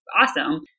awesome